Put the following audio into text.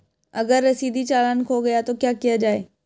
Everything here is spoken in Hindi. अगर रसीदी चालान खो गया तो क्या किया जाए?